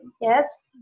Yes